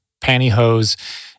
pantyhose